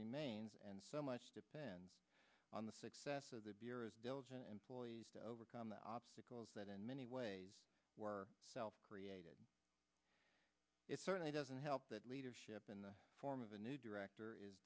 remains and so much depends on the success of the employees to overcome the obstacles that in many ways were self created it certainly doesn't help that leadership in the form of a new director is